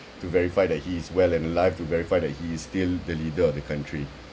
to verify that he is well and alive to verify that he is still the leader of the country